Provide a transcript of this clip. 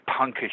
punkish